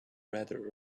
rather